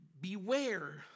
Beware